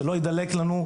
שלא יידלק לנו.